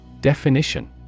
Definition